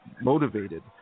motivated